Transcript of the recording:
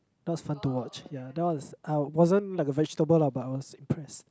that was fun to watch ya that was I wasn't like a vegetable lah but I was impressed